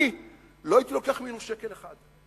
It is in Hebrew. אני לא הייתי לוקח ממנו שקל אחד.